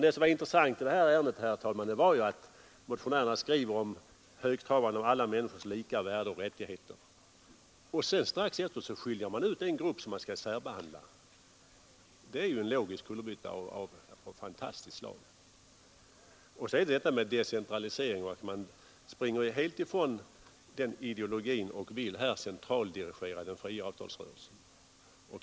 Det intressanta i detta ärende, herr talman, är att motionärerna skriver högtravande om alla människors lika värde och rättigheter. Strax efteråt skiljer man ut en grupp som skall särbehandlas. Det är en logisk kullerbytta av fantastiskt slag. Man springer dessutom helt ifrån decentraliseringsideologin och vill centraldirigera den fria avtalsrörelsen.